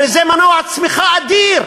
הרי זה מנוע צמיחה אדיר.